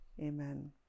amen